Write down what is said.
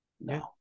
No